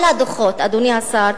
אדוני השר,